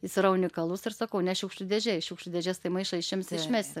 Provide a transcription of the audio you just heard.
jis yra unikalus ir sakau ne šiukšlių dėžė iš šiukšlių dėžės tai maišą išimsi išmesi